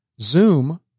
Zoom